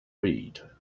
read